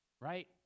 right